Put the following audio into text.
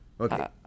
Okay